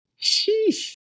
Sheesh